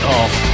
off